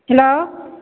hello